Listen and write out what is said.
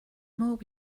more